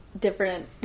different